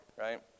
right